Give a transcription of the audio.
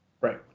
Right